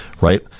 right